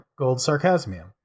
goldsarcasmium